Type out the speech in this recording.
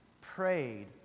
prayed